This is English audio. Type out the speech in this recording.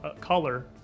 color